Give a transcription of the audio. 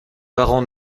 parents